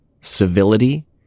civility